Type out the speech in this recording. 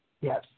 Yes